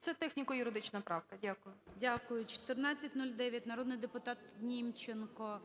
Це техніко-юридична правка. Дякую. ГОЛОВУЮЧИЙ. Дякую. 1409. Народний депутат Німченко.